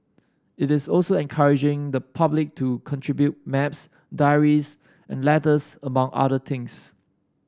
it is also encouraging the public to contribute maps diaries and letters among other things